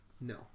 no